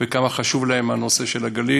וכמה חשוב להם נושא הגליל.